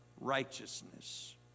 righteousness